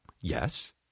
Yes